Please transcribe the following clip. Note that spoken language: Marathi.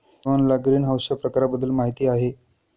सोहनला ग्रीनहाऊसच्या प्रकारांबद्दल माहिती आहे